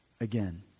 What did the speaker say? Again